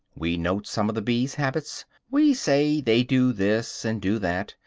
we note some of the bees' habits we say, they do this, and do that,